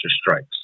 strikes